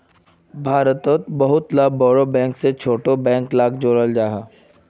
भारतोत बहुत ला बोड़ो बैंक से छोटो ला बैंकोक जोड़ाल जाहा